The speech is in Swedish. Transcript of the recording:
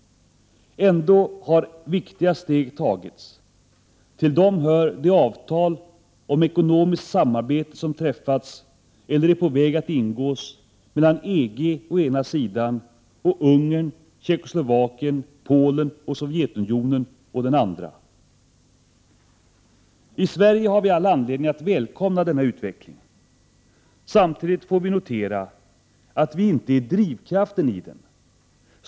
Ändå har viktiga steg tagits. Till dem hör de avtal om ekonomiskt samarbete som träffats eller är på väg att ingås mellan EG å den ena sidan och Ungern, Tjeckoslovakien, Polen och Sovjetunionen å den andra. I Sverige har vi all anledning att välkomna denna utveckling. Samtidigt får vi notera att vi inte är drivkraften i den.